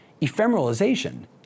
ephemeralization